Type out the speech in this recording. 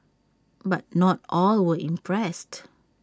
but not all were impressed